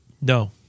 No